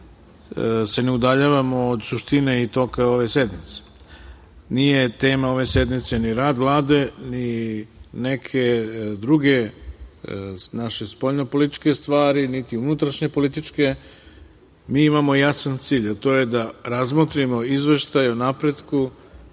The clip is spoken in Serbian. se ne udaljavamo od suštine i toka ove sednice. Nije tema ove sednice ni rad Vlade, ni neke druge naše spoljnopolitičke stvari, niti unutrašnje političke, mi imamo jasan cilj, a to je da razmotrimo izveštaj o napretku